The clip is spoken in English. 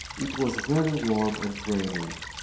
it was very warm, and raining.